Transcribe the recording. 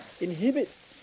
inhibits